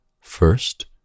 First